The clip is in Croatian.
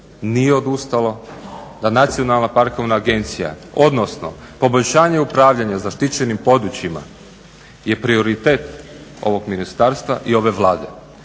nije odustalo, da Nacionalna parkovna agencija odnosno poboljšanje upravljanja zaštićenim područjima je prioritet ovog ministarstva i ove Vlade.